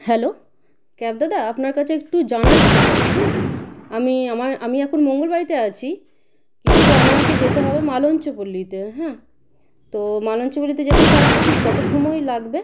hello cab দাদা আপনার কাছে একটু জানার ছিল হ্যাঁ আমি আমার আমি এখন মঙ্গলবাড়িতে আছি কিন্তু আমাকে যেতে হবে মালঞ্চপল্লিতে হ্যাঁ তো মালঞ্চপল্লিতে যেতে তার ঠিক কত সময় লাগবে